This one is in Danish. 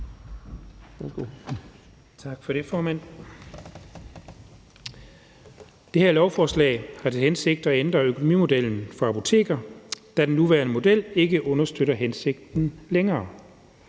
Tak for det, formand. Det her lovforslag har til hensigt at ændre økonomimodellen for apoteker, da den nuværende model ikke understøtter hensigten længere.